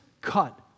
cut